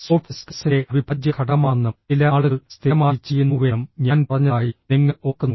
soft സ്കിൽസിന്റെ അവിഭാജ്യ ഘടകമാണെന്നും ചില ആളുകൾ സ്ഥിരമായി ചെയ്യുന്നുവെന്നും ഞാൻ പറഞ്ഞതായി നിങ്ങൾ ഓർക്കുന്നു